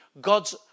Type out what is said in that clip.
God's